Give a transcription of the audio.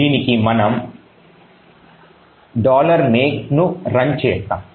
దీనికి మనము make ను రన్ చేస్తాము